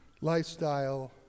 lifestyle